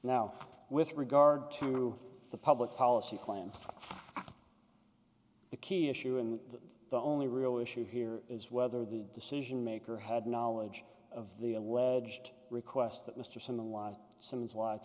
now with regard to the public policy plan the key issue in the only real issue here is whether the decision maker had knowledge of the alleged request that mr s